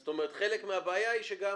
זאת אומרת, חלק מהבעיה היא שגם